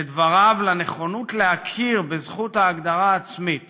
לדבריו, לנכונות להכיר בזכות ההגדרה העצמית